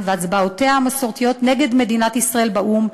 והצבעותיה המסורתיות נגד מדינת ישראל באו"ם,